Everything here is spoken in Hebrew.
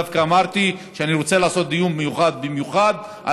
דווקא אמרתי שאני רוצה לעשות דיון מיוחד במיוחד על